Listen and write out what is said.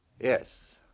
Yes